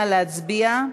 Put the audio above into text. נא להצביע.